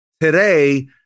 today